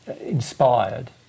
inspired